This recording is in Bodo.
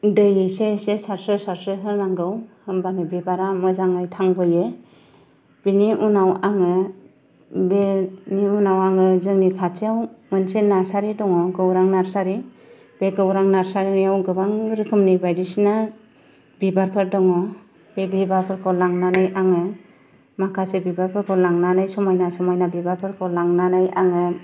दै एसे एसे सारस्रो सारस्रो होनांगौ होमब्लानो बिबारा मोजाङै थांबोयो बिनि उनाव आङो बेनि उनाव आङो जोंनि खाथियाव मोनसे नारसारि दङ गौरां नारसारि बे गौरां नारसारिआव गोबां रोखोमनि बायदिसिना बिबारफोर दङ बे बिबारफोरखौ लांनानै आङो माखासे बिबारफोरखौ लांनानै समायना समायना बिबारफोरखौ लांनानै आङो